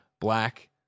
Black